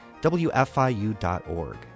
wfiu.org